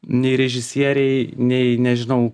nei režisieriai nei nežinau